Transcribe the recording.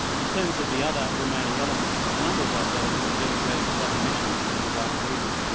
in terms of the other remaining elements, a number of those elements are dedicated to other missions within the wider region,